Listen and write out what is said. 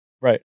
Right